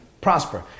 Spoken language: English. prosper